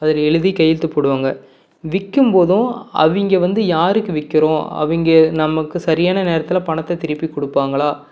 அதில் எழுதி கையெழுத்து போடுவாங்க விற்கிம்போதும் அவங்க வந்து யாருக்கு விற்கிறோம் அவங்க நமக்கு சரியான நேரத்தில் பணத்தை திருப்பிக் கொடுப்பாங்களா